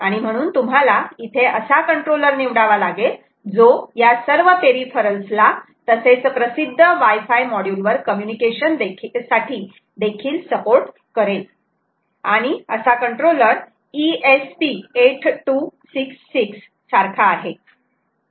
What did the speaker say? तेव्हा तुम्हाला इथे असा कंट्रोलर निवडावा लागेल जो या सर्व पेरिफेरल्स ला तसेच प्रसिद्ध वाय फाय मॉड्यूल वर कम्युनिकेशन साठी देखील सपोर्ट करेल आणि असा कंट्रोलर ESP 8266 सारखा आहे